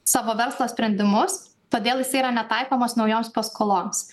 savo verslo sprendimus todėl jisai yra netaikomas naujoms paskoloms